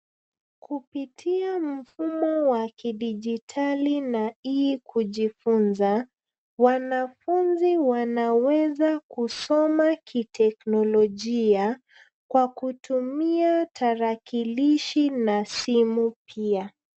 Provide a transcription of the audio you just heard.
Kupitia mfumo wa kidijitali na ii kujifunza, wanafunzi wanaweza kusoma kiteknolojia, kwa kutumia tarakilishi na simu pia.